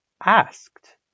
asked